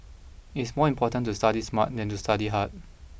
it's more important to study smart than to study hard